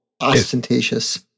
ostentatious